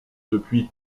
depuis